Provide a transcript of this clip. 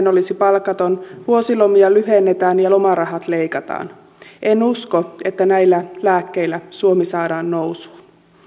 olisi palkaton vuosilomia lyhennetään ja lomarahat leikataan en usko että näillä lääkkeillä suomi saadaan nousuun